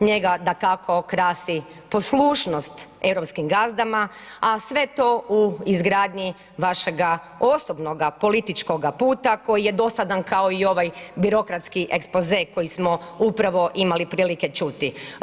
Njega dakako krasi poslušnost europskih gazdama, a sve to u izgradnji vašega osobnoga političkoga puta koji je dosadan kao i ovaj birokratski expose koji smo upravo imali prilike čuti.